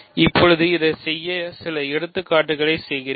இப்போது இதைச் செய்ய சில எடுத்துக்காட்டுகளைச் செய்கிறேன்